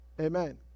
Amen